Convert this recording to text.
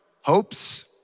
hopes